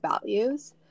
values